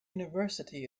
university